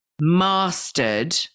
mastered